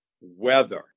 weather